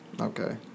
Okay